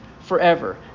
forever